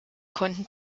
konnten